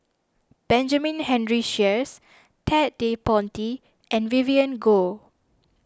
Benjamin Henry Sheares Ted De Ponti and Vivien Goh